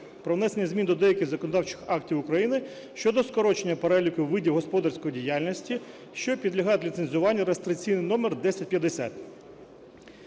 про внесення змін до деяких законодавчих актів України щодо скорочення переліку видів господарської діяльності, що підлягають ліцензуванню (реєстраційний номер 1050.)